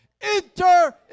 Enter